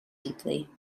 deeply